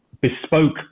bespoke